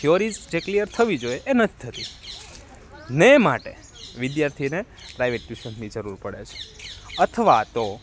theories જે clear થવી જોઈએ એ નથી થતી ને માટે વિદ્યાર્થીને પ્રાઈવેટ ટ્યુશનની જરૂર પડે છે અથવા તો